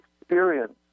experience